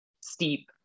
steep